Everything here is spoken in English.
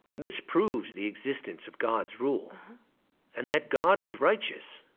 this proves the existence of god's rule and that god is righteous.